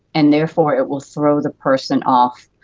and therefore it will throw the person off.